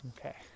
Okay